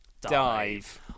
dive